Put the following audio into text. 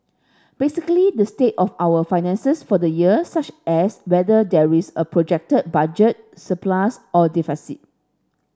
basically the state of our finances for the year such as whether there is a projected budget surplus or deficit